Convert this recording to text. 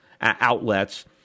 outlets